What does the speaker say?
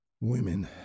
Women